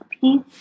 peace